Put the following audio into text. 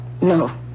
No